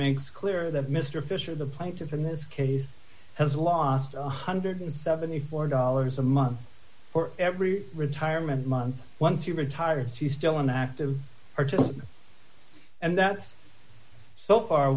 makes clear that mr fisher the plaintiff in this case has lost one hundred and seventy four dollars a month for every retirement month once you retire so you still an active participant and that's so far